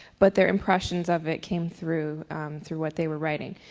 but their impressions of it came through through what they were writing.